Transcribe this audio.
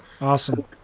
awesome